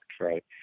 right